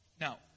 Now